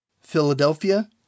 Philadelphia